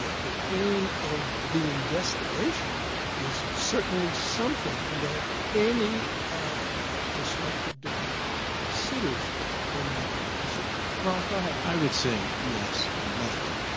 ah the pain of the investigation is certainly something that any ah perspective defendant considers when making a decision ron, go ahead i would say, yes. but,